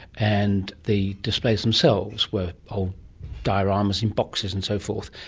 and the displays themselves were old dioramas in boxes and so forth.